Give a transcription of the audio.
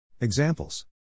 Examples